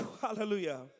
Hallelujah